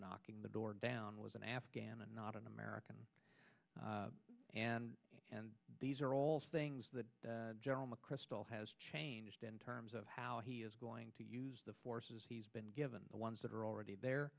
knocking the door down was an afghan and not an american and and these are all things that general mcchrystal has changed in terms of how he is going to use the forces he's been given the ones that are already there